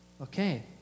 okay